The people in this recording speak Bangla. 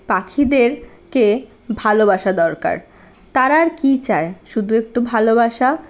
পাখিদেরকে ভালোবাসা দরকার তারা আর কি চায় শুধু একটু ভালোবাসা